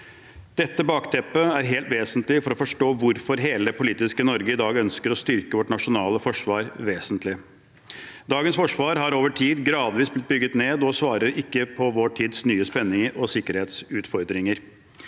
Dette bakteppet er helt vesentlig for å forstå hvorfor hele det politiske Norge i dag ønsker å styrke vårt nasjonale forsvar vesentlig. Dagens forsvar har over tid gradvis blitt bygget ned og svarer ikke på vår tids nye spenninger og sikkerhetsutfordringer.